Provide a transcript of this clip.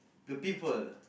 the people